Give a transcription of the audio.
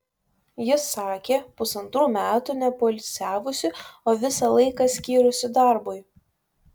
ji sakė pusantrų metų nepoilsiavusi o visą laiką skyrusi darbui